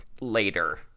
later